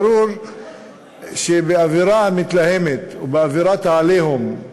ברור שבאווירה המתלהמת ובאווירת ה"עליהום",